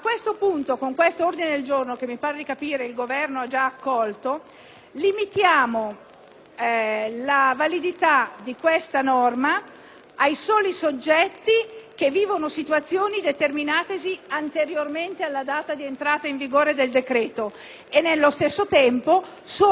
della norma in questione ai soli soggetti che vivono situazioni determinatesi anteriormente alla data di entrata in vigore del decreto e, nello stesso tempo, alle sole categorie sociali cui fa riferimento l'articolo 1. Colgo l'occasione per